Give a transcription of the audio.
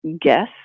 guess